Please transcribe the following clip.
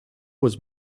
was